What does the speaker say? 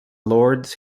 lords